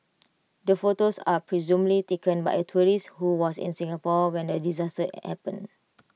the photos are presumably taken by A tourist who was in Singapore when the disaster happened